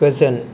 गोजोन